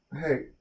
Hey